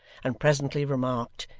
and presently remarked,